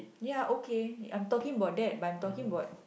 ya okay I'm talking about that but I'm talking